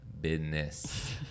business